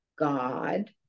God